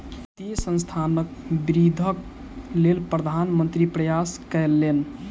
वित्तीय संस्थानक वृद्धिक लेल प्रधान मंत्री प्रयास कयलैन